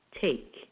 Take